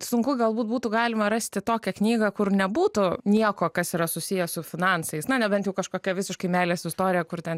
sunku galbūt būtų galima rasti tokią knygą kur nebūtų nieko kas yra susiję su finansais na nebent jau kažkokia visiškai meilės istorija kur ten